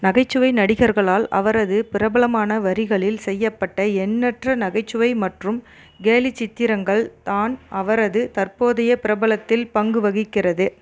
நகைச்சுவை நடிகர்களால் அவரது பிரபலமான வரிகளில் செய்யப்பட்ட எண்ணற்ற நகைச்சுவை மற்றும் கேலிச்சித்திரங்கள் தான் அவரது தற்போதைய பிரபலத்தில் பங்கு வகிக்கிறது